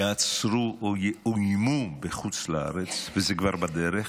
ייעצרו או יאוימו בחוץ לארץ, וזה כבר בדרך,